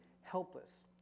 helpless